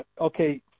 okay